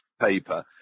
paper